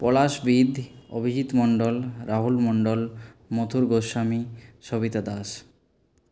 পলাশ বিদ অভিজিৎ মণ্ডল রাহুল মণ্ডল মথুর গোস্বামী সবিতা দাস